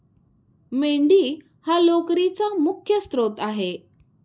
मेंढी हा लोकरीचा मुख्य स्त्रोत आहे